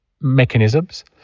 mechanisms